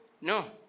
No